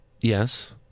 Yes